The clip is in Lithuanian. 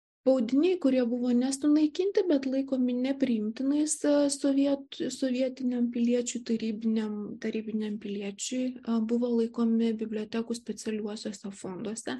spaudiniai kurie buvo ne sunaikinti bet laikomi nepriimtinais sovietų sovietiniam piliečiui tarybiniam tarybiniam piliečiui buvo laikomi bibliotekų specialiuosiuose fonduose